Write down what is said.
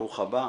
ברוך הבא.